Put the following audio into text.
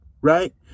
right